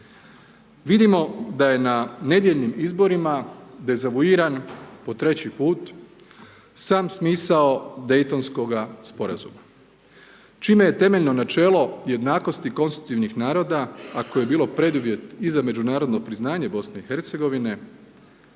Vidimo da je na nedjeljnim izborima dezavuiran po treći put sam smisao Daytonskoga sporazuma čime je temeljno načelo jednakosti konstitutivnih naroda a koji je bilo i preduvjet i za međunarodno priznanje BiH-a,